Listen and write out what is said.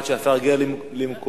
עד שהשר יגיע למקומו,